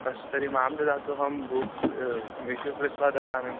अस्तु तर्हि मां ददातु अहं बुक्क् किं इश्यू कृत्वा ददामि